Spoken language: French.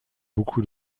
beaucoup